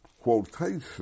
quotation